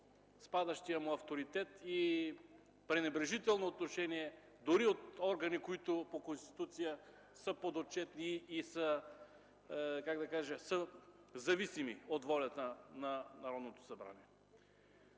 по-спадащия му авторитет и пренебрежително отношение дори от органи, които по Конституция са подотчетни и са, как да кажа, зависими от волята на Народното събрание.